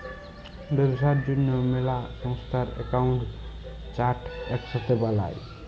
ব্যবসার জ্যনহে ম্যালা সংস্থার একাউল্ট চার্ট ইকসাথে বালায়